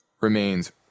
remains